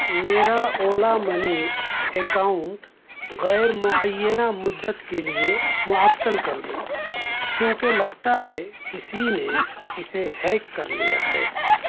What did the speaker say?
میرا Ola money account غیر معینہ مدت کے لیے معطل کر دو کیونکہ لگتا ہے کسی نے اسے ہیک کر لیا ہے